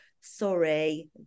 sorry